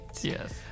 Yes